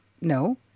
No